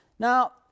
Now